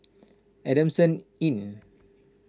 Adamson Inn